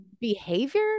behavior